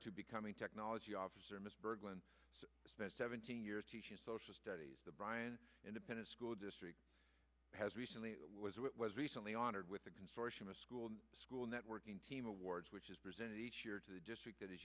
to becoming technology officer ms berglund spent seventeen years teaching social studies the brian independent school district has recently was it was recently honored with a consortium of school and school networking team awards which is presented each year to the district that